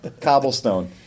Cobblestone